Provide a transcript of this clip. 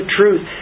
truth